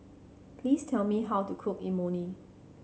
please tell me how to cook Imoni